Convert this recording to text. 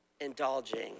indulging